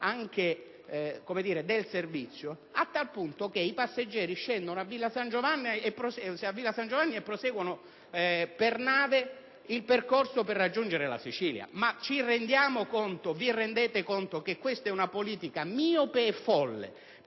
del servizio, a tal punto che i passeggeri scendono a Villa San Giovanni e proseguono per nave il percorso per raggiungere la Sicilia. Ma ci rendiamo conto, vi rendete conto, che questa è una politica miope e folle?